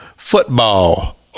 Football